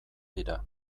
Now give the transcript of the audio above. dira